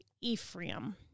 Ephraim